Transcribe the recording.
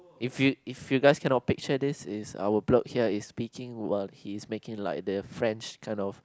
if you if you guys cannot picture this is our bloke here is speaking while he is making like the French kind of